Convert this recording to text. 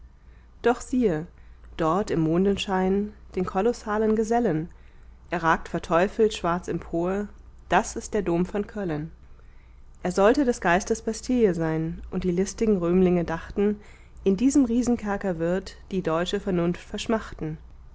doch siehe dort im mondenschein den kolossalen gesellen er ragt verteufelt schwarz empor das ist der dom von köllen er sollte des geistes bastille sein und die listigen römlinge dachten in diesem riesenkerker wird die deutsche vernunft verschmachten